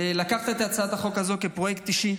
לקחת את הצעת החוק הזו כפרויקט אישי,